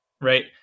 right